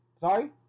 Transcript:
sorry